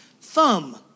thumb